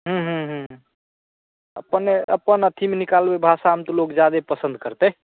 ह्म्म ह्म्म ह्म्म अपने अपन अथिमे भाषामे निकालबै तऽ लोक ज्यादे पसन्द करतै